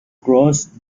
crossed